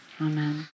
Amen